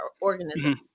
organism